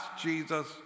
Jesus